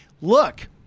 look